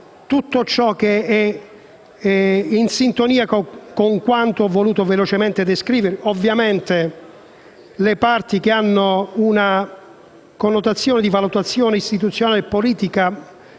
tutto ciò che è in sintonia con quanto ho voluto velocemente descrivere. Con riguardo invece alle parti che hanno una connotazione di valutazione istituzionale e politica,